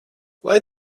lai